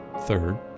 Third